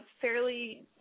fairly